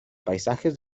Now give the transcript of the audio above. paisajes